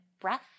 breath